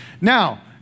Now